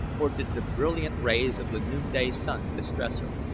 or did the brilliant rays of the noonday sun distress her?